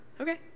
Okay